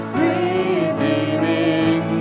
redeeming